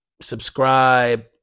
Subscribe